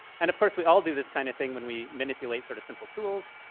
and of course, we all do this kind of thing when we manipulate sort of simple tools.